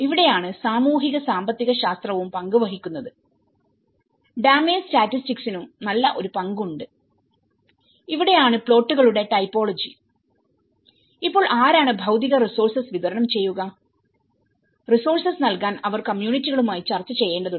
ഇവിടെയാണ് സാമൂഹിക സാമ്പത്തിക ശാസ്ത്രവും പങ്ക് വഹിക്കുന്നത് ഡാമേജ് സ്റ്റാറ്റിസ്റ്റിക്കിനും നല്ല ഒരു പങ്ക് ഉണ്ട് ഇവിടെയാണ് പ്ലോട്ടുകളുടെ ടൈപ്പോളജി ഇപ്പോൾ ആരാണ് ഭൌതിക റിസോർസസ് വിതരണം ചെയ്യുക റിസോർസസ് നൽകാൻ അവർ കമ്മ്യൂണിറ്റികളുമായി ചർച്ച ചെയ്യേണ്ടതുണ്ട്